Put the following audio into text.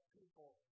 people